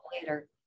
later